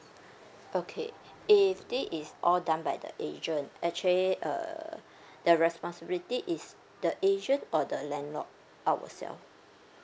okay if this is all done by the agent actually err the responsibility is the agent or the landlord ourself